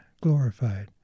glorified